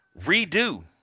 redo